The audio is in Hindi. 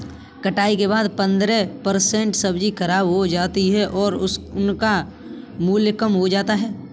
कटाई के बाद पंद्रह परसेंट सब्जी खराब हो जाती है और उनका मूल्य कम हो जाता है